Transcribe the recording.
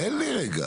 תן לי רגע.